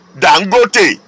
dangote